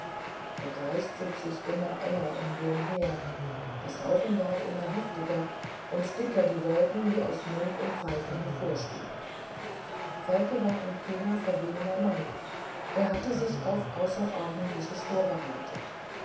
der kreis zog sich immer enger um wilm her das rauchen ward immer heftiger und dicker die wolke die aus mund und pfeifen hervorstieg falke war ein kühner verwegener mann er hatte sich auf außerordentliches vorbereitet